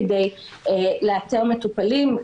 כדי לאתר מטופלים,